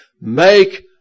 Make